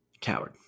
coward